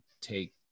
take